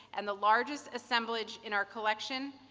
and the largest assemblage in our collection,